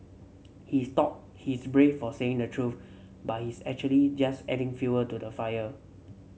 he thought he's brave for saying the truth but he's actually just adding fuel to the fire